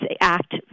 act